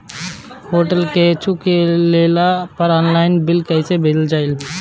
Hotel से कुच्छो लेला पर आनलाइन बिल कैसे भेजल जाइ?